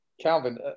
Calvin